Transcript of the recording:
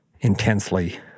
intensely